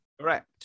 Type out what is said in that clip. Correct